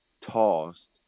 tossed